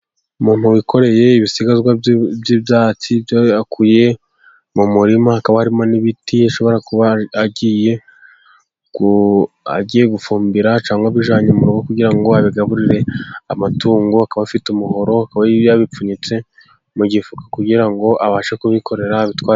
Umuntu wikoreye ibisigazwa by'ibyatsi akuye mu murima, hakaba harimo n'ibiti ashobora kuba agiye gufumbira cyangwa abijyanye mu rugo kugira ngo abigaburire amatungo, akaba afite umuhoro, akaba yabipfunyitse mu gifuka kugira ngo abashe kubikorera abitware.